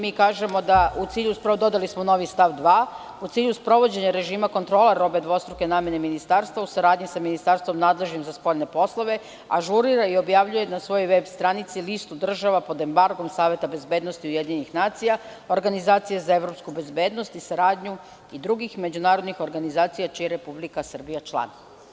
Mi smo dodali novi stav 2: „U cilju sprovođenja režima kontrole robe dvostruke namene Ministarstvo, u saradnji sa Ministarstvom nadležnim za spoljne poslove, ažurira i objavljuje na svojoj veb stranici listu država pod embargom Saveta bezbednosti Ujedinjenih nacija, Organizacije za evropsku bezbednost i saradnju i drugih međunarodnih organizacija čiji je Republika Srbija član“